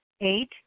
Eight